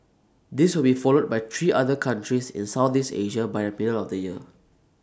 this will be followed by three other countries in Southeast Asia by the middle of the year